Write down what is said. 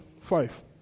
Five